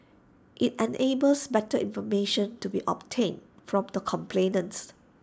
IT enables better information to be obtained from the complainant